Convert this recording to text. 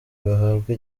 bahabwa